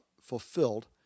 fulfilled